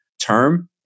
term